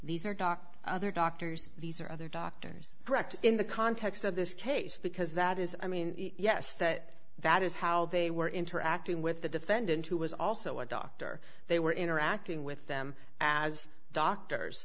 these are doctor other doctors these are other doctors correct in the context of this case because that is i mean yes that that is how they were interacting with the defendant who was also a doctor they were interacting with them as doctors